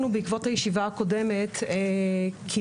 אנחנו בעקבות הישיבה הקודמת קיימנו